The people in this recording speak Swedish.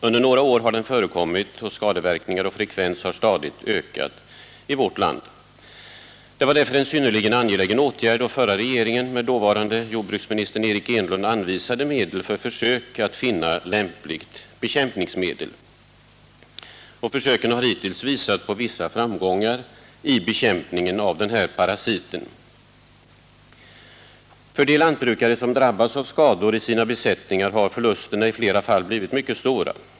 Under några år har den förekommit, och skadeverkningar och frekvens har stadigt ökat, i vårt land. Det var därför en synnerligen angelägen åtgärd då förra regeringen med dåvarande jordbruksministern Eric Enlund anvisade medel för försök att finna lämpligt bekämpningsmedel. Försöken har hittills visat på vissa framgångar i bekämpningen av den här parasiten. För de lantbrukare som drabbats av skador i sina besättningar har förlusterna i flera fall blivit mycket stora.